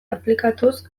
aplikatuz